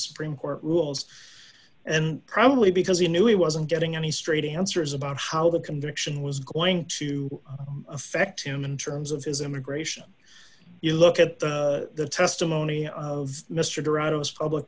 dream court rules and probably because he knew he wasn't getting any straight answers about how the conviction was going to affect human terms of his immigration you look at the testimony of mr toronto's public